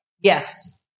Yes